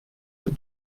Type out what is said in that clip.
that